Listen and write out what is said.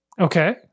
Okay